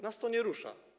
Nas to nie rusza.